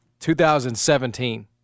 2017